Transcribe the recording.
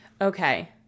Okay